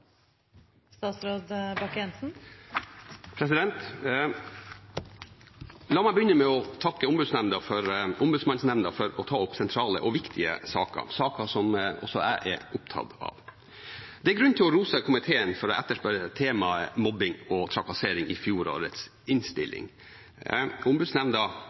La meg begynne med å takke Ombudsmannsnemnda for å ta opp sentrale og viktige saker, saker som også jeg er opptatt av. Det er grunn til å rose komiteen for å ha etterspurt temaet mobbing og trakassering i fjorårets